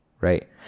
right